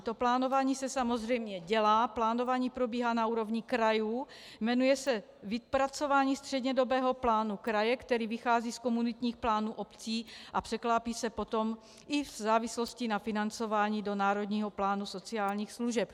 To plánování se samozřejmě dělá, plánování probíhá na úrovni krajů, jmenuje se vypracování střednědobého plánu kraje, který vychází z komunitních plánů obcí a překlápí se potom i v závislosti na financování do Národního plánu sociálních služeb.